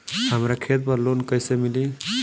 हमरा खेत पर लोन कैसे मिली?